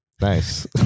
Nice